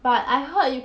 ah !huh!